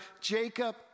Jacob